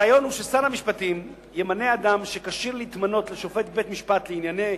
הרעיון הוא ששר המשפטים ימנה אדם שכשיר להתמנות לשופט בבית-משפט לענייני